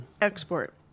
Export